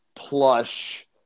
plush